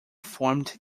formed